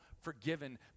forgiven